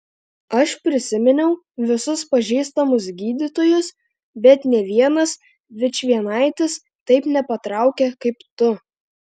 aš prisiminiau visus pažįstamus gydytojus bet nė vienas vičvienaitis taip nepatraukia kaip tu